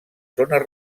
zones